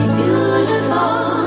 beautiful